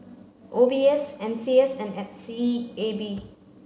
O B S N C S and S E A B